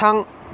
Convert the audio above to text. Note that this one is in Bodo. थां